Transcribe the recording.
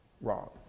wrong